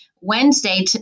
Wednesday